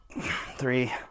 three